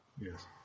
Yes